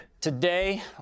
Today